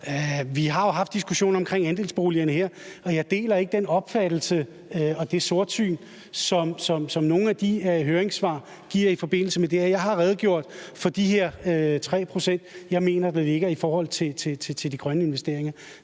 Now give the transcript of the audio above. Vi har jo haft diskussionen om andelsboligerne her, og jeg deler ikke den opfattelse og det sortsyn, som der i nogle af høringssvarene gives udtryk for i forbindelse med det her. Jeg har redegjort for de her 3 pct., jeg mener der ligger i forhold til de grønne investeringer.